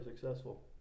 successful